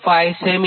5 semi